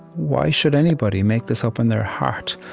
why should anybody make this up in their heart?